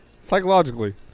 Psychologically